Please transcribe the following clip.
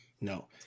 No